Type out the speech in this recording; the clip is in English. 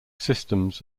systems